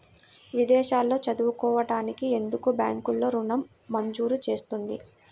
విదేశాల్లో చదువుకోవడానికి ఎందుకు బ్యాంక్లలో ఋణం మంజూరు చేస్తుంది?